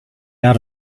out